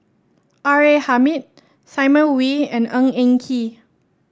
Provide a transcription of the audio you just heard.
R A Hamid Simon Wee and Ng Eng Kee